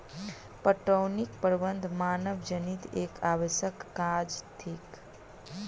पटौनीक प्रबंध मानवजनीत एक आवश्यक काज थिक